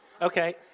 Okay